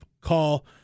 call